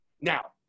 Now